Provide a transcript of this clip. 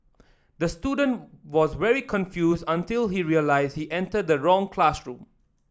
the student was very confused until he realised he entered the wrong classroom